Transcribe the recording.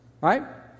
right